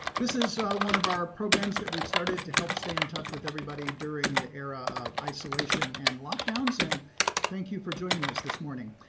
this is one of our programs that we've started to help stay in touch with everybody during the era of isolation and lockdowns. and thank you for joining us this morning.